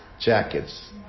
jackets